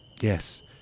Yes